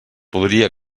podria